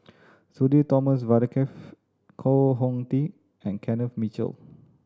Sudhir Thomas Vadaketh Koh Hong Teng and Kenneth Mitchell